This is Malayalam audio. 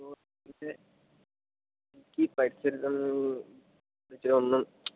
അപ്പോൾ പിന്നെ എനിക്ക് ഈ ഈ പരിസരത്തൊന്നും പറ്റിയ ഒന്നും